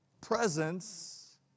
presence